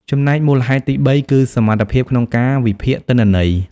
ចំណែកមូលហេតុទីបីគឺ សមត្ថភាពក្នុងការវិភាគទិន្នន័យ។